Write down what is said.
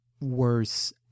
worse